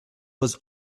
was